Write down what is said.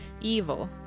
Evil